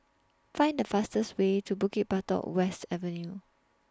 Find The fastest Way to Bukit Batok West Avenue